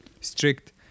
strict